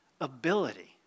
ability